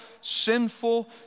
sinful